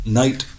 night